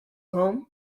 home